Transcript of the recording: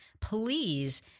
please